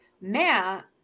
Matt